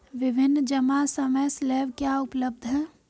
विभिन्न जमा समय स्लैब क्या उपलब्ध हैं?